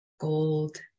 gold